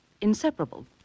Inseparable